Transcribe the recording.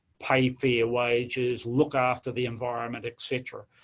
pay fair wages, look after the environment, etc.